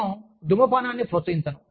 నేను ధూమపానాన్ని ప్రోత్సహించను